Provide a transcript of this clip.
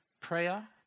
prayer